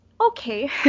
okay